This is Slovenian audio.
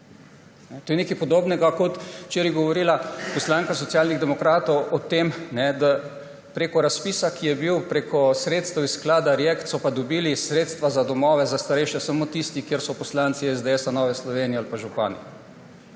To je nekaj podobnega, kot včeraj je govorila poslanka Socialnih demokratov o tem, da z razpisom, ki je bil prek sredstev iz sklada React, so dobili sredstva za domove za starejše samo tisti, kjer so poslanci SDS, Nove Slovenije ali pa župani.